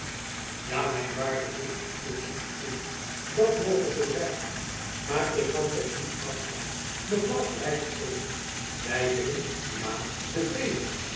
ja mijn waarde heer viel kievit in dat moge zoo zijn maar ik kan toch niet af zijn mevrouw gelijk te geven wy willen ja den vrede